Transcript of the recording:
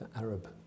Arab